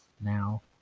now